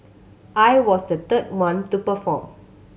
I was the third one to perform